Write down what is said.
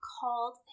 called